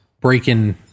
breaking